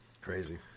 Crazy